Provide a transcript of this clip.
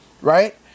right